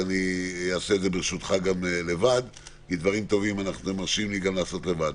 ברשותך אני אקים את הדיון לבד כי דברם טובים מרשים לי לעשות לבד.